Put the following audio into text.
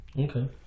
okay